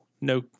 no